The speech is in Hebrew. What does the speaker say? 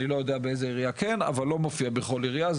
אני לא יודע באיזו עירייה זה כן מופיע אבל לא בכל עירייה זה